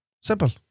Simple